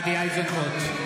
נגד גדי איזנקוט,